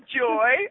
joy